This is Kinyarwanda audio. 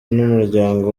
n’umuryango